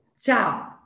Ciao